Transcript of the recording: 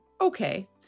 okay